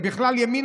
ובכלל ימינה,